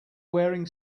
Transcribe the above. wearing